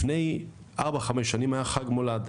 לפני ארבע-חמש שנים היה חג מולד,